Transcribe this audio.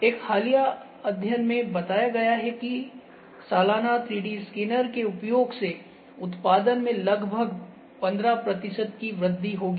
एक हालिया अध्ययन में बताया गया है कि सालाना 3D स्कैनर के उपयोग से उत्पादन में लगभग 15 प्रतिशत की वृद्धि होगी